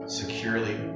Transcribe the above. securely